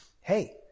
hey